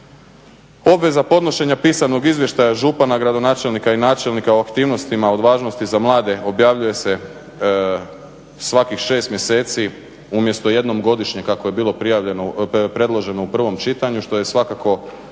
Obveza podnošenja pisanog izvještaja župana, gradonačelnika i načelnika o aktivnostima od važnosti za mlade objavljuje se svakih 6 mjeseci umjesto jednom godišnje kako je bilo predloženo u prvom čitanju što je svakako dobar